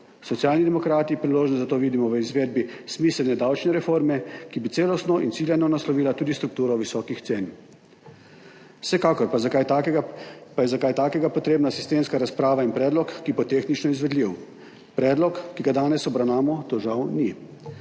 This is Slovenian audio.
Socialni demokrati priložnost za to vidimo v izvedbi smiselne davčne reforme, ki bi celostno in ciljano naslovila tudi strukturo visokih cen. Vsekakor je pa za kaj takega potrebna sistemska razprava in predlog, ki bo tehnično izvedljiv, predlog, ki ga danes obravnavamo, to žal ni.